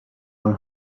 one